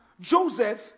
Joseph